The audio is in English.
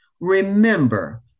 Remember